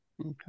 okay